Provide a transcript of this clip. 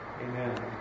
Amen